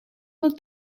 dat